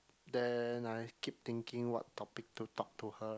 then I keep thinking what topic to talk to her